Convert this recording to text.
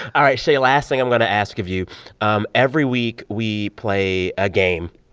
all right, shea, last thing i'm going to ask of you um every week, we play a game.